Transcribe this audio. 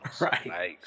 right